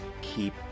keep